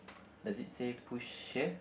does it say push here